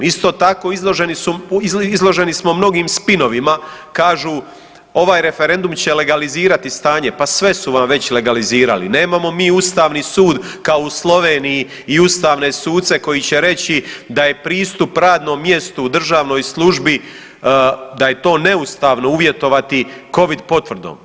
Isto tako izloženi smo mnogim spinovima, kažu ovaj referendum će legalizirati stanje, pa sve su vam već legalizirali, nemamo mi Ustavni sud kao u Sloveniji i ustavne suce koji će reći da je pristup radnom mjestu u državnoj službi, da je to neustavno uvjetovati Covid potvrdom.